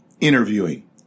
interviewing